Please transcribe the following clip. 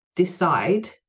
Decide